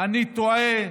אני טועה,